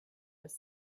was